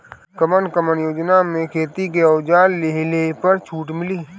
कवन कवन योजना मै खेती के औजार लिहले पर छुट मिली?